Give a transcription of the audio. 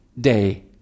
day